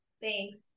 thanks